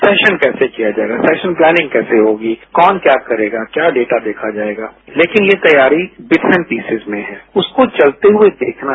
session कैसे किया जाएगा फैशन प्लानिंग कैसेहोगी कौन क्या करेगा क्या डेटा देखाजाएगा लेकिन ये तैयारी डिफरेंट पीसेज में है उसको चलते हुएदेखना है